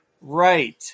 right